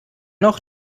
noch